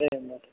दे होम्बा दे